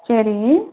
சரி